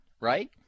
right